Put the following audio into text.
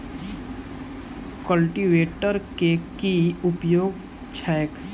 Cultivator केँ की उपयोग छैक?